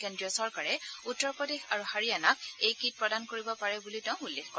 কেন্দ্ৰীয় চৰকাৰে উত্তৰ প্ৰদেশ আৰু হাৰিয়ানাক এই কিট প্ৰদান কৰিব পাৰে বুলিও তেওঁ উল্লেখ কৰে